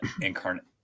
incarnate